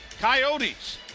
Coyotes